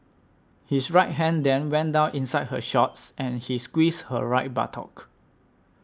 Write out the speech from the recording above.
his right hand then went down inside her shorts and he squeezed her right buttock